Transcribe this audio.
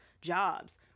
jobs